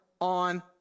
on